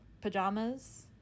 pajamas